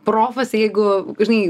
profas jeigu žinai